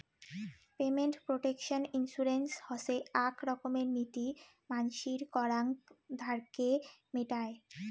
payment protection insurance হসে আক রকমের নীতি মানসির করাং ধারকে মেটায়